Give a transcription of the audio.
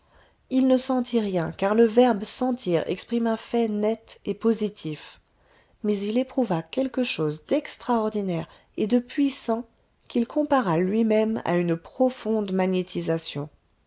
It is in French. il ne sentit rien car le verbe sentir exprime un fait net et positif mais il éprouva quelque chose d'extraordinaire et de puissant qu'il compara lui-même à une profonde